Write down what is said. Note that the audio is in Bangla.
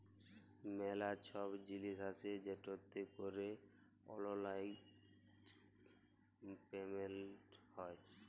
ম্যালা ছব জিলিস আসে যেটতে ক্যরে অললাইল পেমেলট হ্যয়